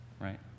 right